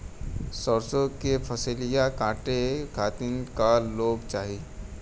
सरसो के फसलिया कांटे खातिन क लोग चाहिए?